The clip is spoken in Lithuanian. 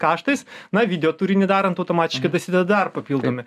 kaštais na video turinį darant automatiškai dasideda dar papildomi